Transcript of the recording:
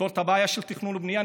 נפתור את הבעיה של תכנון ובנייה,